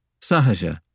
sahaja